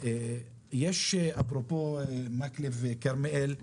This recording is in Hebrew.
יש אפרופו מקלב, כרמיאל,